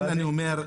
אז לכן אני אומר,